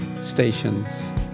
stations